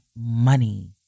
money